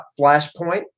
flashpoint